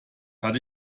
hatte